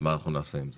מה נעשה את זה.